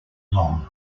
long